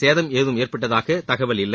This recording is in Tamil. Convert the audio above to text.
சேதம் ஏதும் ஏற்பட்டதாக தகவல் இல்லை